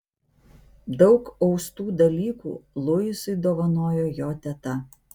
daug austų dalykų luisui dovanojo jo teta